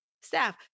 staff